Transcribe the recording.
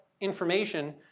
information